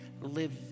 live